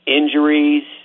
injuries